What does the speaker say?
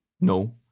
no